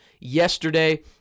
yesterday